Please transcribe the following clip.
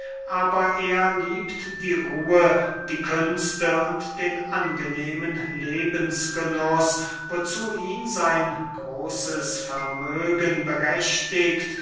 aber er liebt die ruhe die künste und den angenehmen lebensgenuß wozu ihn sein großes vermögen